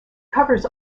covers